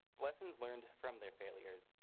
lessons learned from their failures.